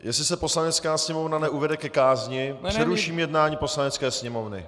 Jestli se Poslanecká sněmovna neuvede ke kázni, přeruším jednání Poslanecké sněmovny.